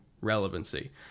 relevancy